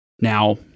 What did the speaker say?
now